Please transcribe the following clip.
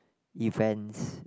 events